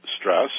Stress